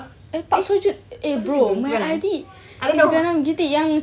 bukan eh I don't know